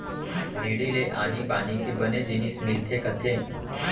भेड़ी ले आनी बानी के बने जिनिस मिलथे कथें